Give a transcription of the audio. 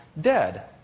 dead